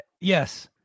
Yes